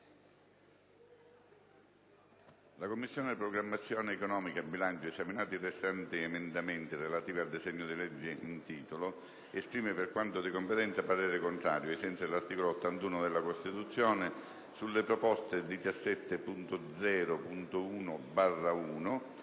«La Commissione programmazione economica, bilancio, esaminati i restanti emendamenti relativi al disegno di legge in titolo, esprime, per quanto di competenza, parere contrario, ai sensi dell'articolo 81 della Costituzione, sulle proposte 17.0.1/1,